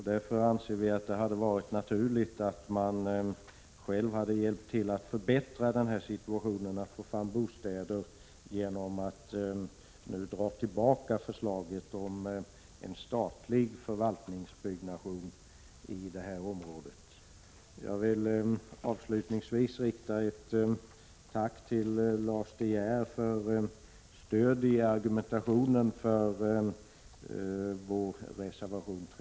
Därför anser vi att det hade varit naturligt att regeringen hade hjälpt till att förbättra bostadssituationen genom att nu dra tillbaka förslaget om en statlig förvaltningsbyggnad i detta område. Jag vill avslutningsvis rikta ett tack till Lars De Geer för stöd i argumentationen för vår reservation 3.